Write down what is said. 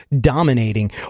dominating